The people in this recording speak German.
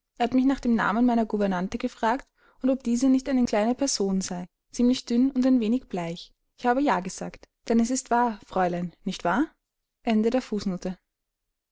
hat mich nach dem namen meiner gouvernante gefragt und ob diese nicht eine kleine person sei ziemlich dünn und ein wenig bleich ich habe ja gesagt denn es ist wahr fräulein nicht wahr